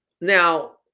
Now